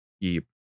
keep